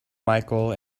micheal